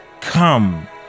Come